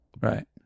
Right